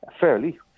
Fairly